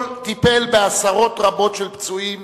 טיפל בעשרות רבות של פצועים